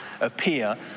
appear